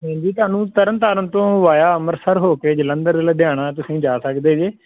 ਨਹੀਂ ਜੀ ਤੁਹਾਨੂੰ ਤਰਨ ਤਾਰਨ ਤੋਂ ਵਾਇਆ ਅੰਮ੍ਰਿਤਸਰ ਹੋ ਕੇ ਜਲੰਧਰ ਲੁਧਿਆਣਾ ਤੁਸੀਂ ਜਾ ਸਕਦੇ ਜੇ